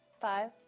Five